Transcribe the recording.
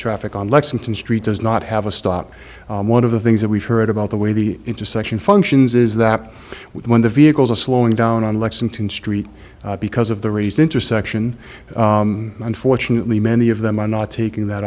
traffic on lexington street does not have a stop one of the things that we've heard about the way the intersection functions is that when the vehicles are slowing down on lexington street because of the raised intersection unfortunately many of them are not taking that